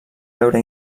veure